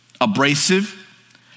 Abrasive